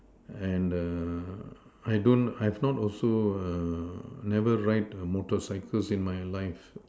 and err I don't I've not also err never ride a motorcycles in my life